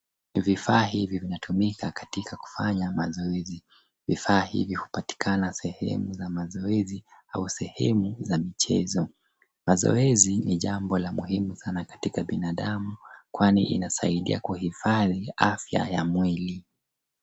Vifaa hivi vinatumika katika kufanya mazoezi. Vifaa hivi hupatikana sehemu za mazoezi au sehemu za michezo. Mazoezi ni jambo la muhimu sana katika binadamu, kwani inasaidia kuhifadhi afya ya mwili.